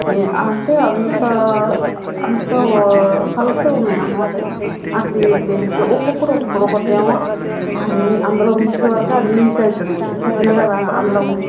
అంటే అంత అంత పలుచగా ఉన్నాయి అన్నమాట అవి అట్లా విరిగిపోయింది ఇక ఒక్కొక్కటి ఒక్కటి ఒక్కటేమో అది అందులో మిక్సీ పడితే అది లీక్ అవుతుంది చెప్పినా కదా అల్లం